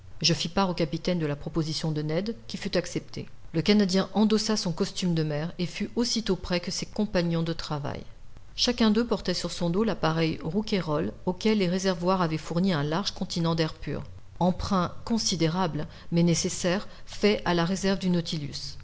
je fis part au capitaine de la proposition de ned qui fut acceptée le canadien endossa son costume de mer et fut aussitôt prêt que ses compagnons de travail chacun d'eux portait sur son dos l'appareil rouquayrol auquel les réservoirs avaient fourni un large continent d'air pur emprunt considérable mais nécessaire fait à la réserve du nautilus